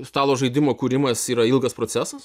stalo žaidimo kūrimas yra ilgas procesas